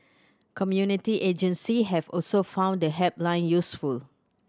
community agency have also found the helpline useful